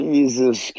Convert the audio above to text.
Jesus